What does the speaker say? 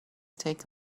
take